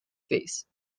face